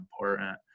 important